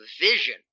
vision